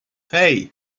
hey